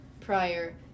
prior